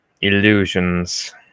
Illusions